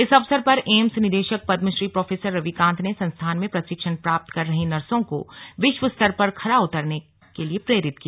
इस अवसर पर एम्स निदेशक पद्मश्री प्रोफेसर रवि कांत ने संस्थान में प्रशिक्षण प्राप्त कर रहीं नर्सों को विश्व स्तर पर खरा उतरने को प्रेरित किया